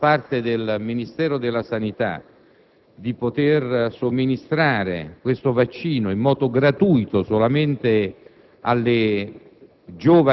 La mozione nasce da un'esigenza: considerato che tale vaccino è stato ritenuto necessario per